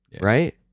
right